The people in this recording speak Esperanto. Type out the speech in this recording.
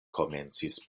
komencis